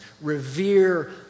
Revere